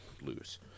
lose